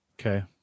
Okay